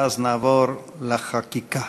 ואז נעבור לחקיקה.